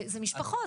זה משפחות.